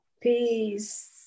Peace